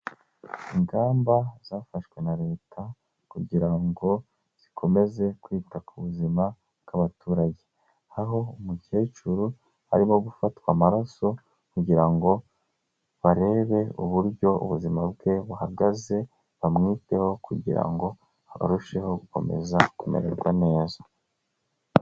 Ingamba zafashwe na leta kugira ngo zikomeze kwita ku buzima bw'abaturage. Aho umukecuru harimo gufatwa amaraso kugira ngo barebe uburyo ubuzima bwe buhagaze, bamwiteho kugira ngo arusheho gukomeza kumererwa neza.